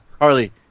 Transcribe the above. Harley